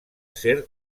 ser